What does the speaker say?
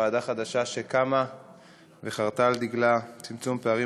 ועדה חדשה שקמה וחרתה על דגלה צמצום פערים